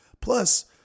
Plus